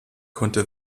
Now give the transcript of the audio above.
konnte